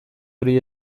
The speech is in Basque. hori